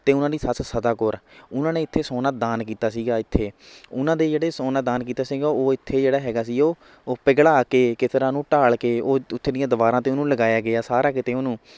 ਅਤੇ ਉਹਨਾਂ ਦੀ ਸੱਸ ਸਦਾ ਕੌਰ ਉਹਨਾਂ ਨੇ ਇੱਥੇ ਸੋਨਾ ਦਾਨ ਕੀਤਾ ਸੀਗਾ ਇੱਥੇ ਉਹਨਾਂ ਦੇ ਜਿਹੜੇ ਸੋਨਾ ਦਾਨ ਕੀਤਾ ਸੀਗਾ ਉਹ ਇੱਥੇ ਜਿਹੜਾ ਹੈਗਾ ਸੀ ਉਹ ਉਹ ਪਿਘਲਾ ਕੇ ਕਿਸ ਤਰ੍ਹਾਂ ਉਹਨੂੰ ਢਾਲ ਕੇ ਉਹ ਉੱਥੇ ਦੀਆਂ ਦੀਵਾਰਾਂ 'ਤੇ ਉਹਨੂੰ ਲਗਾਇਆ ਗਿਆ ਸਾਰਾ ਕਿਤੇ ਉਹਨੂੰ